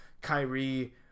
Kyrie